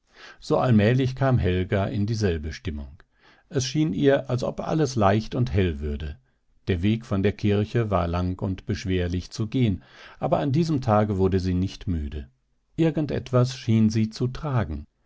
so allmählich kam helga in dieselbe stimmung es schien ihr als ob alles leicht und hell würde der weg von der kirche war lang und beschwerlich zu gehen aber an diesem tage wurde sie nicht müde irgend etwas schien sie zu tragen